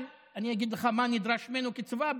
אבל אני אגיד לך מה נדרש ממנו כצבא,